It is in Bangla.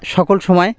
সকল সময়